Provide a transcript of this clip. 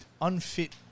unfit